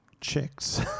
Chicks